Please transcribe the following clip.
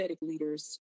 leaders